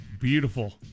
Beautiful